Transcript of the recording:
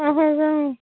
اَہَن حظ